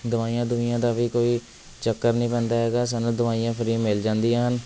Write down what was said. ਦਵਾਈਆਂ ਦਵੁਈਆਂ ਦਾ ਵੀ ਕੋਈ ਚੱਕਰ ਨਹੀਂ ਪੈਂਦਾ ਹੈਗਾ ਸਾਨੂੰ ਦਵਾਈਆਂ ਫ੍ਰੀ ਮਿਲ ਜਾਂਦੀਆਂ ਹਨ